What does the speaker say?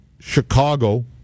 Chicago